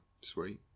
sweet